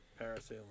Parasailing